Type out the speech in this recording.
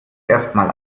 erstmal